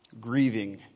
grieving